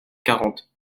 quarante